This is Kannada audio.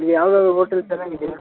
ಇಲ್ಲಿ ಯಾವ್ದಾದರೂ ಓಟೆಲ್ ಚೆನ್ನಾಗಿದ್ಯಾ